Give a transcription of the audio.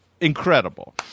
Incredible